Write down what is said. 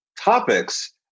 topics